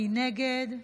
מי נגד?